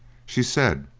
she said,